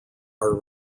are